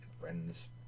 friends